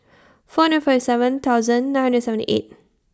four hundred forty seven thousand nine hundred seventy eight